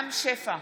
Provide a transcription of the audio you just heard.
רם שפע,